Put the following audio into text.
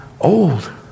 old